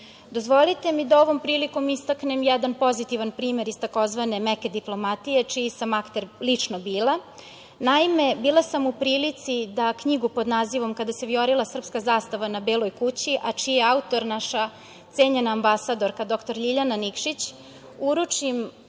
Srbije. Dozvolite mi da ovom prilikom istaknem jedan pozitivan primer iz tzv. meke diplomatiji, čiji sam akter lično bila. Naime, bila sam u prilici da knjigu pod nazivom „Kada se vijorila srpska zastava na Beloj kući“, a čiji je autor naša cenjena ambasadorka dr Ljiljana Nikšić, uručim